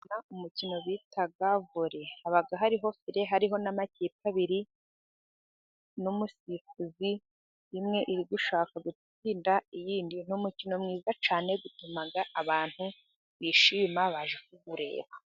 Nkunda umukino bita vore, haba hariho fire hariho n'amakipe abiri n'umusifuzi, imwe iri gushaka gutsinda indi, ni umukino mwiza cyane utuma abantu bishima baje kuwureba.